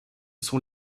sont